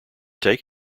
take